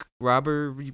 robber